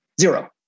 Zero